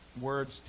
words